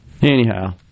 Anyhow